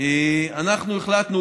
אנחנו החלטנו,